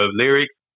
lyrics